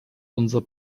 unser